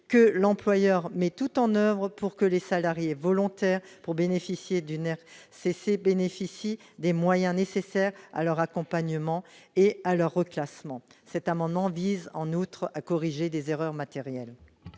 que l'employeur met tout en oeuvre pour que les salariés volontaires pour bénéficier d'une aire cesser bénéficie des moyens nécessaires à leur accompagnement et à leurs reclassements, cet amendement vise en outre à corriger des erreurs matérielles.